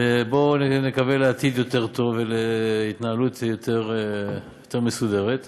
בואו נקווה לעתיד יותר טוב ולהתנהלות מסודרת יותר.